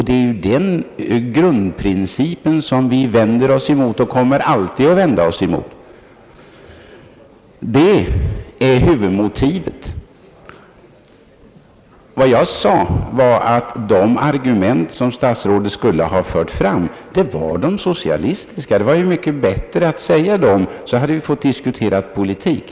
Det är den grundprincipen vi vänder oss emot, och det kommer vi alltid att göra. Vad jag sade var att statsrådet borde ha fört fram de socialistiska argumenten. Då hade vi kunnat diskutera politik.